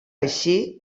així